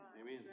Amen